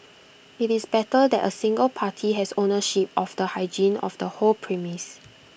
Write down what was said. IT is better that A single party has ownership of the hygiene of the whole premise